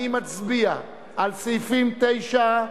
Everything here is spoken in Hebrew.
אני מצביע על סעיפים 9 26,